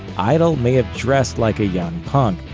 idol may have dressed like a young punk,